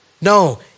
No